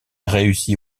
réussit